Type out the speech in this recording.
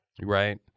Right